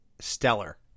stellar